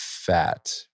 fat